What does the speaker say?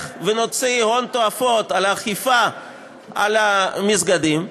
ונוציא הון תועפות על אכיפה על המסגדים,